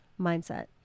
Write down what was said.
mindset